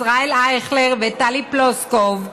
ישראל אייכלר וטלי פלוסקוב,